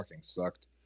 sucked